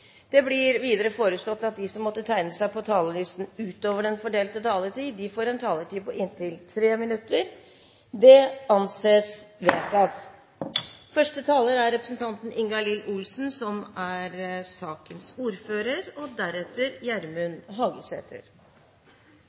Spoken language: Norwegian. Det blir videre foreslått at de som måtte tegne seg på talerlisten utover den fordelte taletid, får en taletid på inntil 3 minutter. – Det anses vedtatt. Kommuneproposisjonen er den årlige forsmaken på høstens statsbudsjett. Her legges det økonomiske opplegget for kommunesektoren for neste år fram. De endelige tallene kommer som